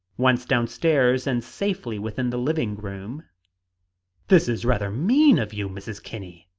once down-stairs and safely within the living-room this is rather mean of you mrs. kinney!